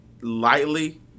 lightly